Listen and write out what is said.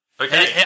Okay